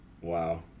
Wow